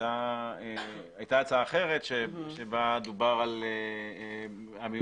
הייתה הצעה אחרת שבה דובר על המיוחדים